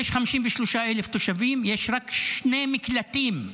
יש 53,000 תושבים, יש רק שני מקלטים.